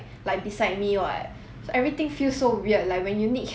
everything feel so weird like when you need help who can you like find